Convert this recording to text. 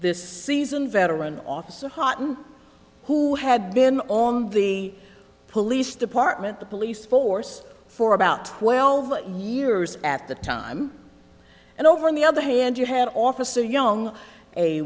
this seasoned veteran officer houghton who had been on the police department the police force for about twelve years at the time and over on the other hand you had officer young a